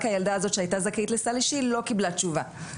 הילדה הזאת שהייתה זכאית לסל אישי לא קיבלה תשובה.